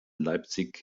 leipzig